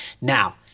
Now